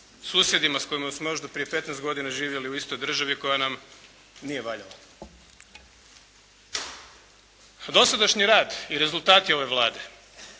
susjedima s kojima smo još do prije 15 godina živjeli u istoj državi koja nam nije valjala. Dosadašnji rad i rezultati ove Vlade.